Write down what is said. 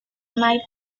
might